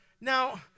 Now